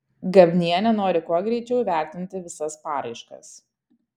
gabnienė nori kuo greičiau įvertinti visas paraiškas